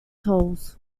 tolls